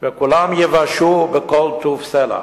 וכולם ייוושעו בכל טוב סלה.